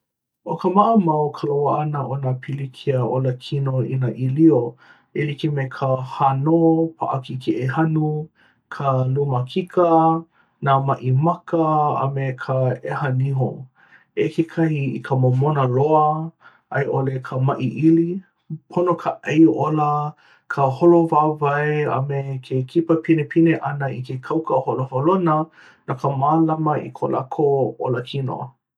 ʻO ka maʻamau ka loaʻa ʻana o nā pilikia olakino i nā ʻīlio, e like me ka hānō paʻakikī e hanu, ka lumakika, nā maʻi maka, a me ka ʻeha niho. ʻEha kekahi i ka momona loa a i ʻole ka maʻi ʻili. Pono ka ʻai ola, ka holo wāwae, a me ke kipa pinepine i ke kauka holoholona no ka mālama ʻana i ko lākou olakino.